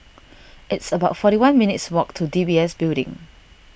it's about forty one minutes' walk to D B S Building